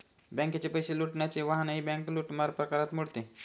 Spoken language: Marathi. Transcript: बँकेचे पैसे लुटण्याचे वाहनही बँक लूटमार प्रकारात मोडते